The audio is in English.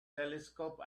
telescope